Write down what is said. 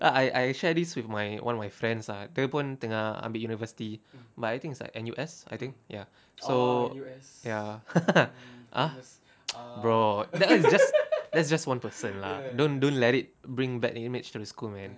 ah I I shared this with my one of my friends ah dia pun tengah ambil university but I think is like N_U_S I think ya so ya ah bro that [one] is just that's just one person lah don't don't let it bring bad image to the school man